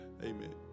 amen